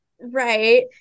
right